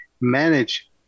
manage